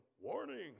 Warning